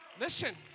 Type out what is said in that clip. Listen